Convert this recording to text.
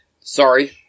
Sorry